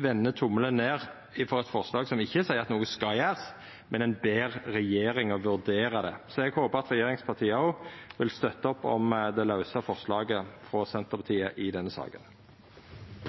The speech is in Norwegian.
vender tommelen ned for eit forslag som ikkje seier at noko skal gjerast, men at ein ber regjeringa vurdera det. Eg håper at regjeringspartia òg vil støtta opp om det lause forslaget frå Senterpartiet i denne saka.